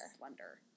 wonder